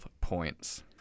points